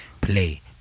Play